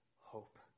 hope